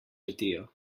letijo